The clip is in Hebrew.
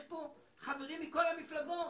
יש פה חברים מכל המפלגות,